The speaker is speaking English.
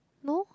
no